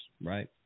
right